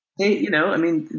it, you know, i mean,